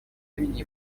имени